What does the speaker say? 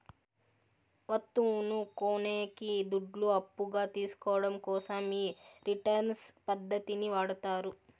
వత్తువును కొనేకి దుడ్లు అప్పుగా తీసుకోవడం కోసం ఈ రిటర్న్స్ పద్ధతిని వాడతారు